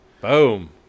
Boom